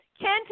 Kent